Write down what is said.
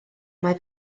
mae